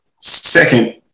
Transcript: Second